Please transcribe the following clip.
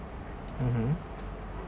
mmhmm